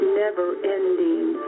never-ending